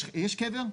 יש קבר?